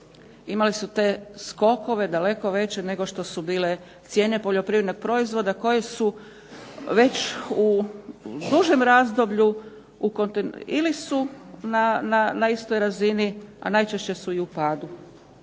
Imali su te skokove daleko veće nego što su bile cijene poljoprivrednog proizvoda koje su već u dužem razdoblju ili su na istoj razini, a najčešće su i u padu.